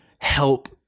help